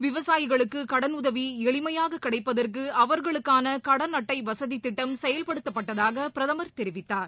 விவசாயிகளுக்கு கடனுதவி எளிமையாக கிடைப்பதற்கு அவர்களுக்கான கடன் அட்டை வசதித் திட்டம் செயல்படுத்தப்பட்டதாக பிரதமர் தெரிவித்தார்